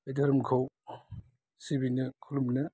बे धोरोमखौ सिबिनो खुलुमनो